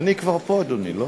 אני כבר פה, אדוני.